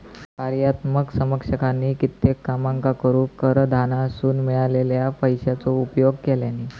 कार्यात्मक समकक्षानी कित्येक कामांका करूक कराधानासून मिळालेल्या पैशाचो उपयोग केल्यानी